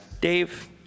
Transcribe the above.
dave